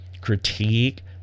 critique